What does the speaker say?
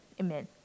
Amen